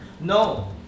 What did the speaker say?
No